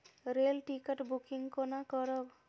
Rail ticket booking कोना करब?